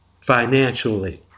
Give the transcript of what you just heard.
financially